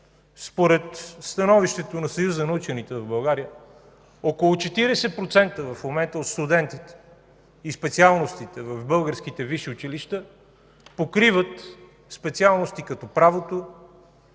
според становището на Съюза на учените в България в момента около 40% от студентите и специалностите в българските висши училища покриват специалности като правото,